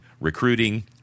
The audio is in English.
recruiting